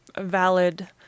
valid